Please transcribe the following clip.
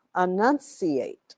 enunciate